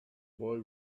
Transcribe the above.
boy